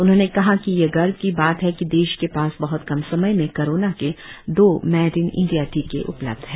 उन्होंने कहा कि यह गर्व की बात है कि देश के पास बह्त कम समय में कोरोना के दो मेड इन इंडिया टीके उपलब्ध हैं